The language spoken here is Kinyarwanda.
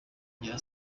bya